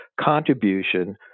contribution